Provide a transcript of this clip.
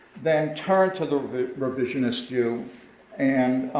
then turn to the revisionist view and